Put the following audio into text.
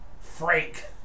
Frank